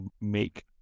make